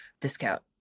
discount